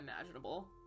imaginable